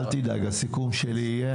הסיכום שלי יהיה,